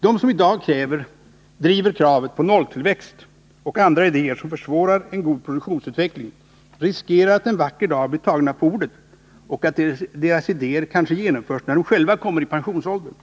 De som i dag driver kravet på nolltillväxt och har andra idéer som försvårar en god produktionsutveckling riskerar att en vacker dag bli tagna på ordet och att deras idéer kanske förverkligas när de själva kommer i pensionsåldern.